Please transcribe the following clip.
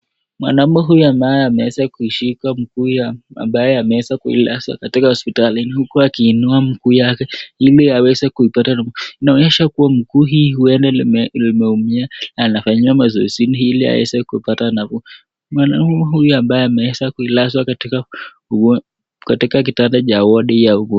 Mwanaume huyu ambaye ameweza kuishika mguu ya ambaye ameweza kuilaza katika hosiptali hili huku akiinua mguu yake ili aweze kuipata, inaonyesha kuwa mguu hii huenda limeumia na inafanyiwa mazoeziini ili aweze kupata nafuu, mwanaume huyu ambaye ameweza kulazwa katika kitanda cha wodi ya ...